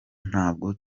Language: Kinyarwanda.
ntabwo